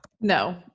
No